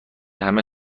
همه